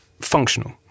functional